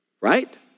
Right